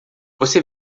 você